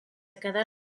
quedar